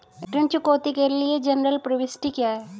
ऋण चुकौती के लिए जनरल प्रविष्टि क्या है?